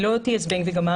היא לא תהיה זבנג וגמרנו.